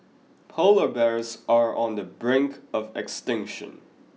polar bears are on the brink of extinction